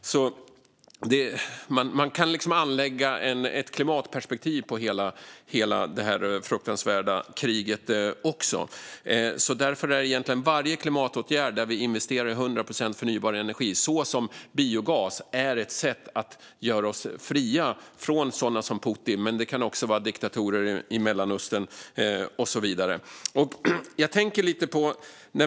Man kan anlägga ett klimatperspektiv på hela detta fruktansvärda krig också. Därför är egentligen varje klimatåtgärd där vi investerar i 100 procent förnybar energi, som biogas, ett sätt att göra oss fria från sådana som Putin, diktatorer i Mellanöstern och så vidare.